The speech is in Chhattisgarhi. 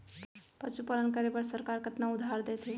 पशुपालन करे बर सरकार कतना उधार देथे?